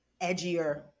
edgier